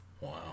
Wow